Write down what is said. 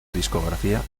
discografía